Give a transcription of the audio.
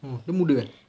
oh dia muda eh